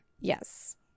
yes